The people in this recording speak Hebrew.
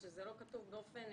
כשלא כתוב שבאופן